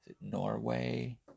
Norway